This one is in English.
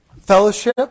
fellowship